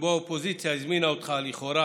שבו האופוזיציה הזמינה אותך לכאורה